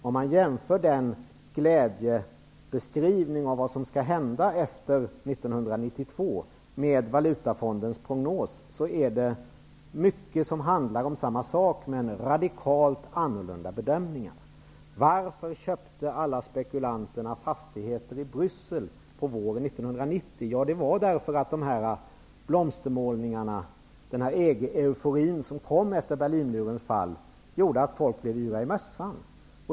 Om man jämför glädjebeskrivningen i den boken av vad som skall hända efter 1992 med Valutafondens prognos, upptäcker man att det är mycket som handlar om samma sak, men med radikalt annorlunda bedömning. Varför köpte alla spekulanter fastigheter i Bryssel på våren 1990? Jo, det berodde på de här blomstermålningarna, den EG-eufori som kom efter Berlinmurens fall. Den gjorde att människor blev yra i mössan.